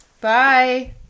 Bye